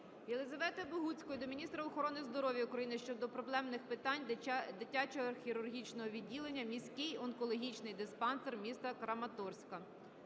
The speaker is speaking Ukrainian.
Єлізавети Богуцької до міністра охорони здоров'я України щодо проблемних питань дитячого хірургічного відділення "Міський онкологічний диспансер міста Краматорська".